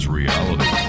reality